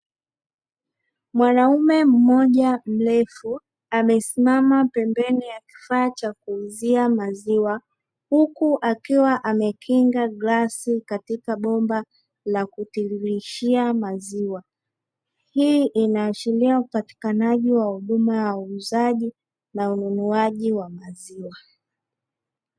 Mwanaume mmoja mrefu amesimama pembeni ya kifaa cha kuuzia maziwa huku akiwa amekinga glasi katika bomba la kutiririshia maziwa, hii inaashiria upatikanaji wa huduma ya uuzaji na ununuaji wa maziwa.